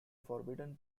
forbidden